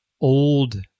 old